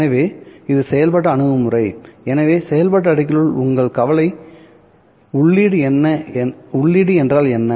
எனவே இது செயல்பாட்டு அணுகுமுறை எனவே செயல்பாட்டு அடுக்கில் உங்கள் கவலை உள்ளீடு என்றால் என்ன